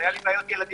היו לי בעיות ילדים